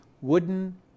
wooden